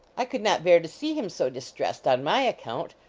i could not bear to see him so distressed on my account,